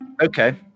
Okay